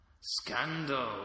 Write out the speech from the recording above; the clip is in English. Scandal